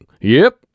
Yep